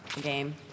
game